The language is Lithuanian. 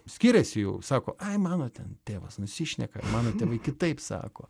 skiriasi jų sako ai mano ten tėvas nusišneka mano tėvai kitaip sako